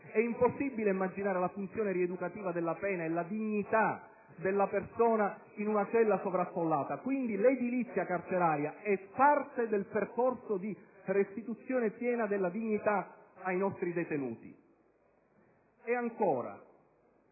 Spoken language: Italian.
è impossibile immaginare la funzione rieducativa della pena e la dignità della persona in una cella sovraffollata. Quindi, l'edilizia carceraria è parte del percorso di restituzione piena della dignità ai nostri detenuti. Ed ancora,